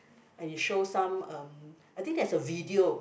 and you show some um I think there's a video